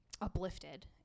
uplifted